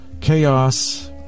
Chaos